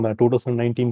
2019